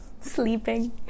sleeping